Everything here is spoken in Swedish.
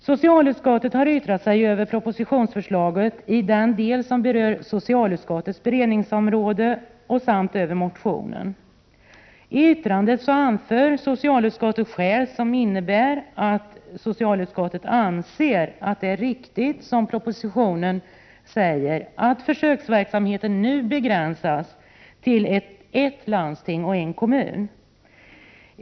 Socialutskottet har yttrat sig över propositionsförslaget när det gäller socialutskottets beredningsområde samt över motionen. Av yttrandet framgår att socialutskottet anser att vad som står i propositionen är viktigt, nämligen att försöksverksamheten nu begränsas till ett landsting och en kommun.